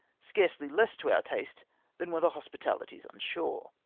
scarcely less to our taste than were the hospitahties on shore.